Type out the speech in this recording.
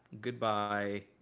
Goodbye